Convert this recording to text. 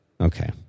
Okay